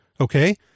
Okay